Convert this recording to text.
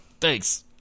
Thanks